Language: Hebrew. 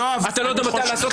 אתה לא יודע מתי לעשות את זה אפילו.